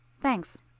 Thanks